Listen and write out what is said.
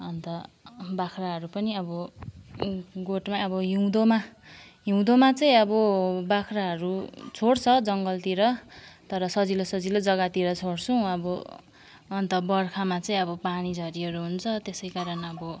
अन्त बाख्राहरू पनि अब गोठमै अब हिउँदोमा हिउँदोमा चाहिँ अब बाख्राहरू छोड्छ जङ्गलतिर तर सजिलो सजिलो जग्गातिर छोड्छौँ अब अन्त बर्खामा चाहिँ अब पानी झरीहरू हुन्छ त्यसै कारण अब